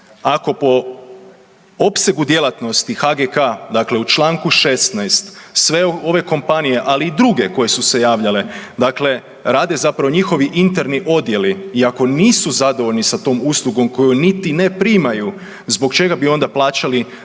Ako po opsegu djelatnosti HGK-a dakle u članku 16. sve ove kompanije, ali i druge koje su se javljale dakle rade zapravo njihovi interni odjeli i ako nisu zadovoljni sa tom uslugom koju niti ne primaju, zbog čega bi onda plaćali